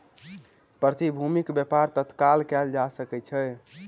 प्रतिभूतिक व्यापार तत्काल कएल जा सकै छै